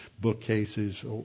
bookcases